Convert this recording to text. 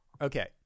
Okay